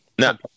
No